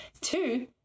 Two